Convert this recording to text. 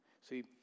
See